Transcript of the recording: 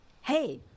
Hey